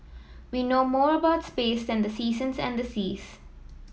we know more about space than the seasons and the seas